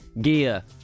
gear